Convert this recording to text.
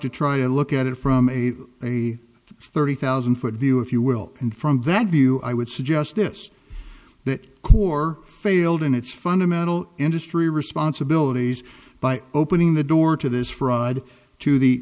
to try to look at it from a a thirty thousand foot view if you will and from that view i would suggest this that corps failed in its fundamental industry responsibilities by opening the door to this fraud to the